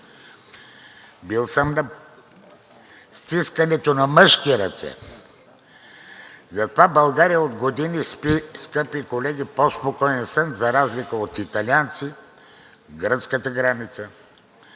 Бил съм на стискането на мъжки ръце. Затова България от години спи, скъпи колеги, по-спокоен сън за разлика от италианци и гръцката граница.